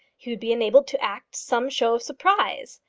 he would be enabled to act some show of surprise,